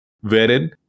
Wherein